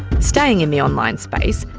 staying in the online space,